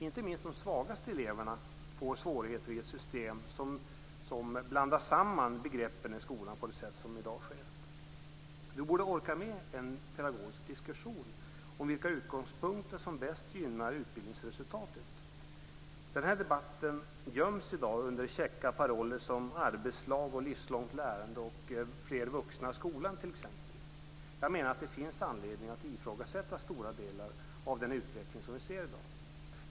Inte minst de svagaste eleverna får svårigheter i ett system som blandar samman begreppen i skolan på det sätt som i dag sker. Vi borde orka med en pedagogisk diskussion om vilka utgångspunkter om bäst gynnar utbildningsresultatet. Denna debatt göms i dag under käcka paroller som "arbetslag", "livslångt lärande" och "fler vuxna i skolan". Jag menar att det finns anledning att ifrågasätta stora delar av den utveckling som vi ser i dag.